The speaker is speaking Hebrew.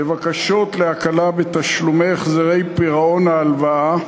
בבקשות להקלה בתשלומי החזרי פירעון ההלוואה,